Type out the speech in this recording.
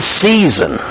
season